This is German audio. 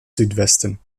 südwesten